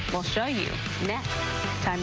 we'll show you next.